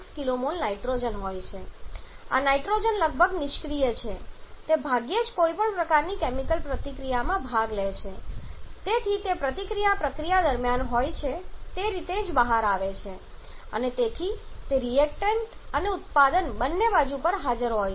આ નાઇટ્રોજન લગભગ નિષ્ક્રિય છે તે ભાગ્યે જ કોઈપણ પ્રકારની કેમિકલ પ્રક્રિયામાં ભાગ લે છે અને તેથી તે પ્રતિક્રિયા પ્રક્રિયા દરમિયાન હોય છે તે રીતે જ બહાર આવે છે અને તેથી તે રિએક્ટન્ટ અને ઉત્પાદન બાજુ બંને પર હાજર છે